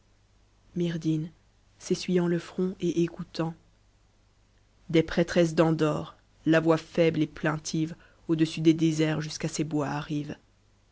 ffom m des prêtresses d'endor la voix faible et plaintive au-dessus des déserts jusqu'à ces bois arrive